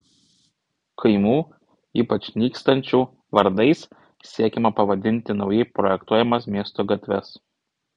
kaimų ypač nykstančių vardais siekiama pavadinti naujai projektuojamas miesto gatves